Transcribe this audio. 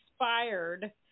inspired